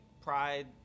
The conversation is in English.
Pride